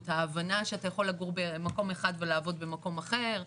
ההבנה שאתה יכול לגור במקום אחד ולעבוד במקום אחר.